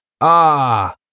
Ah